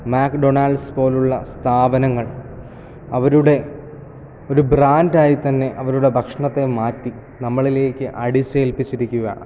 മാക്ക് ഡൊണാൾസ് പോലുള്ള സ്ഥാപനങ്ങൾ അവരുടെ ഒരു ബ്രാൻഡ് ആയി തന്നെ അവരുടെ ഭക്ഷണത്തെ മാറ്റി നമ്മളിലേക്ക് അടിച്ചേൽപ്പിച്ചിരിക്കുകയാണ്